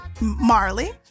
marley